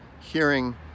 hearing